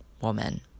woman